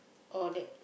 all that